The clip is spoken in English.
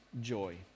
joy